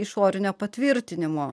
išorinio patvirtinimo